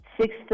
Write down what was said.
six